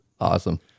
Awesome